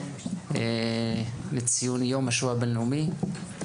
לציון יום השואה הבינלאומי.